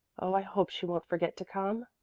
oh, i hope she won't forget to come!